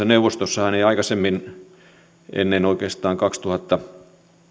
neuvostossahan ei aikaisemmin ei oikeastaan ennen kaksituhattakymmenen